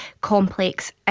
complex